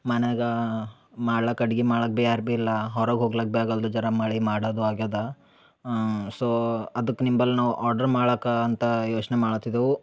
ಮನೆಗ ಮಾಡ್ಲಾಕ ಅಡ್ಗಿ ಮಾಡಾಕೆ ಬ್ಯಾರ ಬಿ ಇಲ್ಲ ಹೊರಗೆ ಹೋಗ್ಲಾಕೆ ಬ್ಯಾಗಲ್ದು ಜರ ಮಳಿ ಮಾಡದು ಆಗ್ಯದ ಸೊ ಅದಕ್ಕೆ ನಿಂಬಲ್ಲಿ ನಾವು ಆರ್ಡ್ರ್ ಮಾಡಾಕ ಅಂತ ಯೋಚನೆ ಮಾಡುತ್ತಿದ್ದೆವು